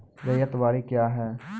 रैयत बाड़ी क्या हैं?